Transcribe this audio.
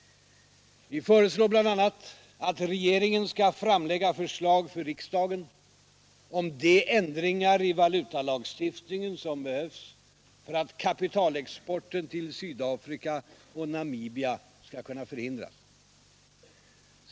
Vi föreslår bl.a. att regeringen skall framlägga förslag för riksdagen om de ändringar i valutalagstiftningen som behövs för att kapitalexporten till Sydafrika och Namibia skall kunna förhindras.